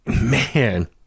man